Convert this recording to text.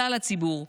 כלל הציבור,